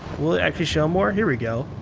will it actually show more? here we go.